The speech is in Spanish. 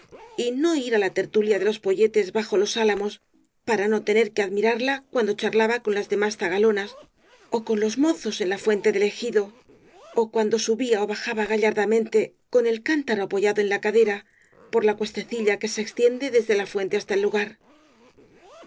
y no ir á la tertulia de los poyetes bajo los álamos para no tener que admirarla cuando charlaba con las demás zagalonas ó con los mozos en la fuente del ejido ó cuando subía ó bajaba gallardamente con el cántaro apoyado en la cadera por la cuestecilla que se extiende desde la fuente hasta el lugar a